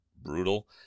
brutal